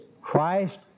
Christ